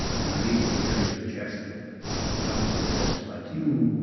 and i even dare to suggest that intelligent folks like you